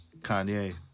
Kanye